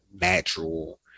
natural